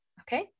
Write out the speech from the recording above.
okay